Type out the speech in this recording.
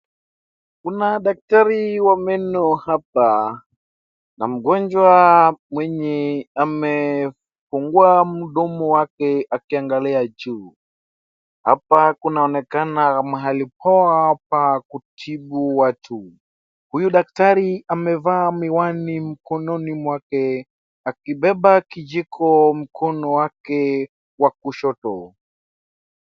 Kuna daktari wa meno hapa na mgonjwa mwenye amefungua mdomo wake akiangalia juu. Hapa kunaonekana mahali poa pa kutibu watu, huyu daktari amevaa miwani mkononi mwake akibeba kijiko mkono wake wa kushoto.